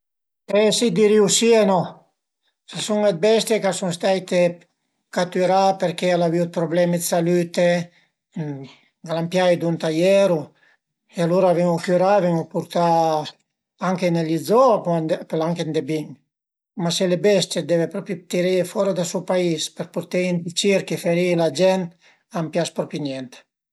Dirìu si e no. S'a sun dë bestie ch'a sun staite catürà perché al avìu dë prublemi dë salüte, al an piaie dunt al eru e alura a ven-u cürà, a ven-u purtà anche negli zoo, a pöl anche andé bin, ma se le bestie deve propi tirei fora da so pais për purteie ënt i circhi për fe ri-i la gent, a m'pias propi niente